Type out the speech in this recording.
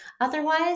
Otherwise